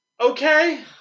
okay